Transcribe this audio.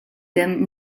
dem